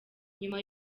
nyuma